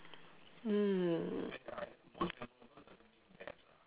hmm